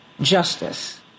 justice